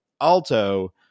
Alto